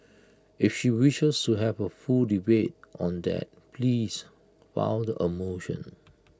if she wishes to have A full debate on that please filed A motion